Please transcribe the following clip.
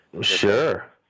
Sure